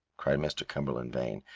cried mr. cumberland vane,